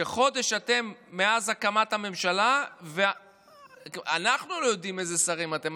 חודש מאז הקמת הממשלה ואנחנו לא יודעים איזה שרים אתם,